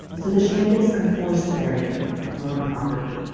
so the shooters are forced to bury him on their own property.